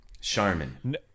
Charmin